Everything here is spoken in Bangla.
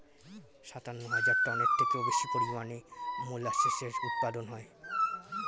সাতান্ন হাজার টনের থেকেও বেশি পরিমাণে মোলাসেসের উৎপাদন হয়